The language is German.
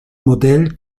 modell